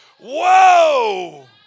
whoa